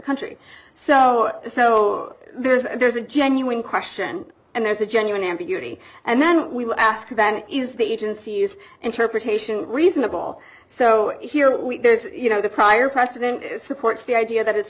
country so so there's there's a genuine question and there's a genuine ambiguity and then we'll ask them is the agency's interpretation reasonable so here you know the prior precedent supports the idea that it's